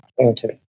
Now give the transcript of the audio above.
Okay